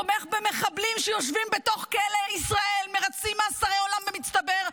תומך במחבלים שיושבים בתוך כלא ישראל ומרצים מאסרי עולם במצטבר.